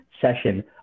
session